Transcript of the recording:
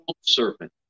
serpent